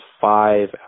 five